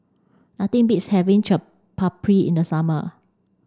nothing beats having Chaat Papri in the summer